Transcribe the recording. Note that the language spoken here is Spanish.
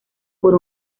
por